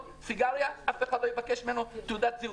סיגריה ואף אחד לא יבקש ממנו תעודת זהות.